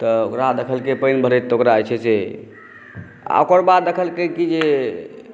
तऽ ओकरा देखलकै पानि भरैत तऽ ओकरा होइ छै से आ ओकर बाद देखलकै कि जे